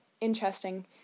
interesting